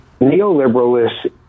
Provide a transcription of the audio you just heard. neoliberalist